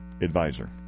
advisor